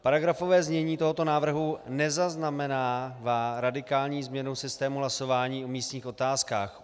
Paragrafové znění tohoto návrhu neznamená radikální změnu v systému hlasování o místních otázkách.